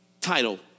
Title